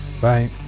bye